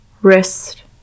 wrist